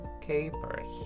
capers